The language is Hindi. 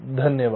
धन्यवाद